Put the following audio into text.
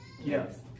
Yes